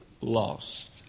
lost